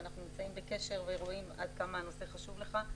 אנחנו נמצאים בקשר ורואים עד כמה הנושא חשוב לך,